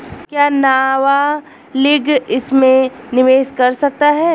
क्या नाबालिग इसमें निवेश कर सकता है?